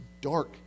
dark